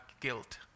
guilt